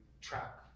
track